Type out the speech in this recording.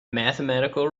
mathematical